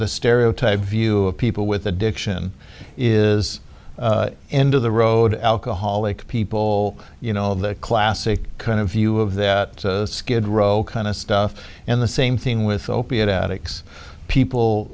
the stereotype view of people with addiction is end of the road alcoholic people you know the classic kind of view of that skid row kind of stuff and the same thing with opiate attics people